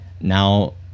now